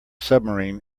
submarine